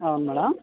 అవును మేడం